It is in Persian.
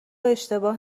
اشتباه